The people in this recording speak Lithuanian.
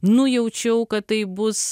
nujaučiau kad tai bus